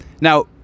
Now